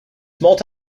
multi